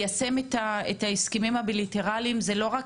ליישם את ההסכמים הבילטרליים זה לא רק